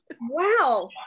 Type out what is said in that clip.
wow